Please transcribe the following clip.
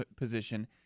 position